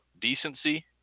decency